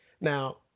Now